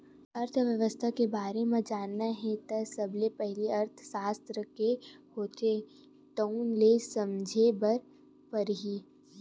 अर्थबेवस्था के बारे म जानना हे त सबले पहिली अर्थसास्त्र का होथे तउन ल समझे बर परही